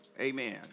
Amen